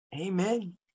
Amen